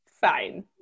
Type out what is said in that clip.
fine